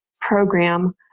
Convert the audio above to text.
program